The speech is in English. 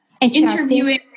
interviewing